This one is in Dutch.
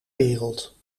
wereld